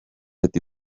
ati